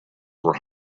were